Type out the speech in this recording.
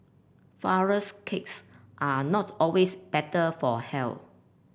flourless cakes are not always better for health